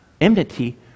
enmity